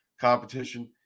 competition